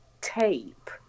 tape